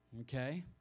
Okay